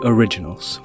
Originals